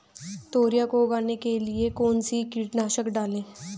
तोरियां को उगाने के लिये कौन सी कीटनाशक डालें?